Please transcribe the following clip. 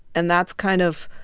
and that's kind of,